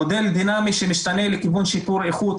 מודל דינמי שמשתנה לכיוון שיפור איכות,